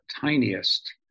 tiniest